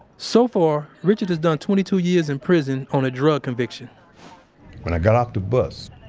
so far, richard has done twenty two years in prison on a drug conviction when i got off the bus,